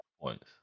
points